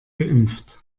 geimpft